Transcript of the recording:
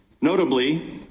Notably